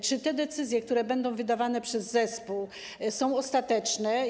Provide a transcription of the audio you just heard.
Czy decyzje, które będą wydawane przez zespół, są ostateczne?